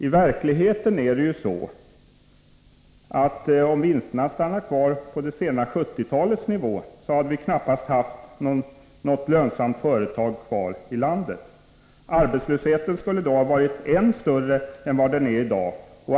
I verkligheten är det på detta sätt: Om vinsterna hade stannat kvar på det sena 1970-talets nivå hade vi knappast haft något lönsamt företag kvar i landet, och arbetslösheten skulle då ha varit än större än i dag.